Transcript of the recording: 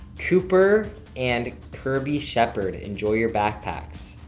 cooper and kirby shepard, enjoy your backpacks.